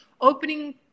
opening